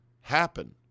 happen